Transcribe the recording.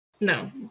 No